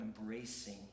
embracing